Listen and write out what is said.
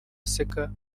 aseka